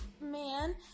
man